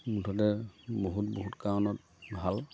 মুঠতে বহুত বহুত কাৰণত ভাল